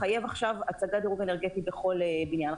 לחייב עכשיו הצגת דירוג אנרגטי בכל בניין.